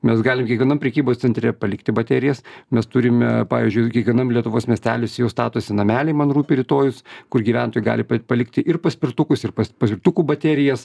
mes galim kiekvienam prekybos centre palikti baterijas mes turime pavyzdžiui kiekvienam lietuvos miestelis jau statosi namelį man rūpi rytojus kur gyventojai gali palikti ir paspirtukus ir paspirtukų baterijas